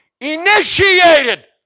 initiated